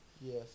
Yes